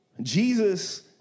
Jesus